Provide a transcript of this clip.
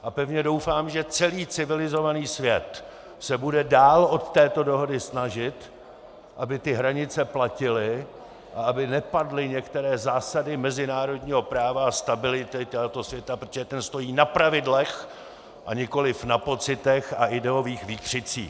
A pevně doufám, že celý civilizovaný svět se bude dál od této dohody snažit, aby ty hranice platily a aby nepadly některé zásady mezinárodního práva a stability tohoto světa, protože ten stojí na pravidlech , a nikoliv na pocitech a ideových výkřicích.